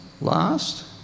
last